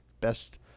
best